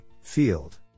field